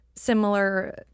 similar